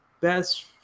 best